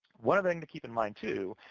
one other thing to keep in mind, too,